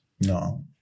No